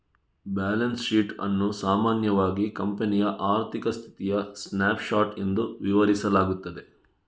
balance sheet ಅನ್ನು ಸಾಮಾನ್ಯವಾಗಿ ಕಂಪನಿಯ ಆರ್ಥಿಕ ಸ್ಥಿತಿಯ ಸ್ನ್ಯಾಪ್ ಶಾಟ್ ಎಂದು ವಿವರಿಸಲಾಗುತ್ತದೆ